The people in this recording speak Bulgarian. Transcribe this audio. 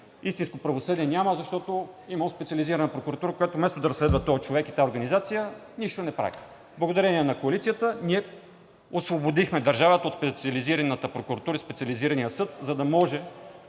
Истинско правосъдие няма, защото имало Специализирана прокуратура, която, вместо да разследва този човек и тази организация, нищо не прави. Благодарение на Коалицията ние освободихме държавата от Специализираната прокуратура и Специализирания съд, за да може